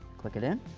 click it in,